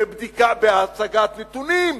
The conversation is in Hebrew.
בהצגת נתונים,